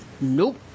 Nope